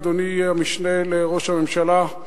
אדוני המשנה לראש הממשלה,